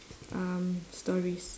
um stories